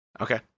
Okay